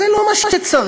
זה לא מה שצריך.